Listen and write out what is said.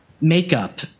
makeup